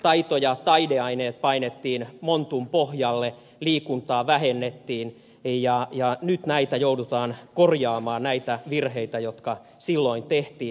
taito ja taideaineet painettiin montun pohjalle liikuntaa vähennettiin ja nyt joudutaan korjaamaan näitä virheitä jotka silloin tehtiin